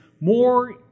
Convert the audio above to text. more